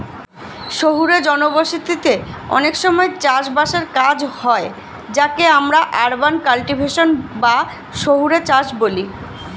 শহুরে জনবসতিতে অনেক সময় চাষ বাসের কাজ হয় যাকে আমরা আরবান কাল্টিভেশন বা শহুরে চাষ বলি